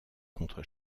contre